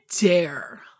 dare